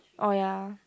oh ya